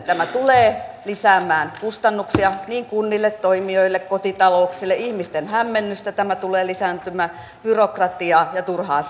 tämä tulee lisäämään kustannuksia niin kunnille toimijoille kuin kotitalouksille ihmisten hämmennystä tämä tulee lisäämään byrokratiaa ja turhaa